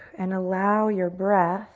and allow your breath